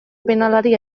penalari